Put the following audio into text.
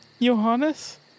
Johannes